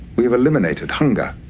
we've eliminated hunger,